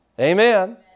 Amen